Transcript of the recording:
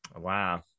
Wow